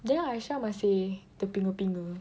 then Aisyah masih terpinga-pinga